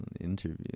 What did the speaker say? Interview